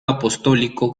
apostólico